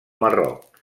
marroc